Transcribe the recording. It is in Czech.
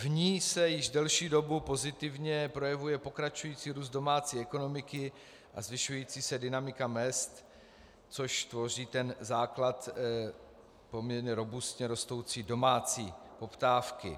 V ní se již delší dobu pozitivně projevuje pokračující růst domácí ekonomiky a zvyšující se dynamika mezd, což tvoří základ poměrně robustně rostoucí domácí poptávky.